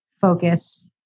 focus